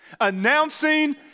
announcing